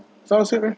sounds weird meh